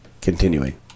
Continuing